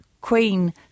Queen